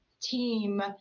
team